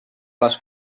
les